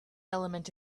element